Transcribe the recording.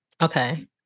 okay